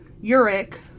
Uric